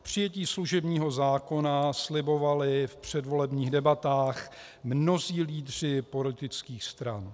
Přijetí služebního zákona slibovali v předvolebních debatách mnozí lídři politických stran.